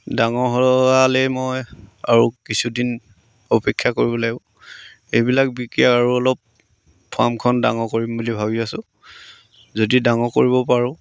ডাঙৰ হোৱালৈ মই আৰু কিছুদিন অপেক্ষা কৰিব লাগিব এইবিলাক বিক্ৰী আৰু অলপ ফাৰ্মখন ডাঙৰ কৰিম বুলি ভাবি আছোঁ যদি ডাঙৰ কৰিব পাৰোঁ